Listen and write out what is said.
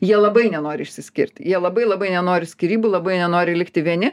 jie labai nenori išsiskirt jie labai labai nenori skyrybų labai nenori likti vieni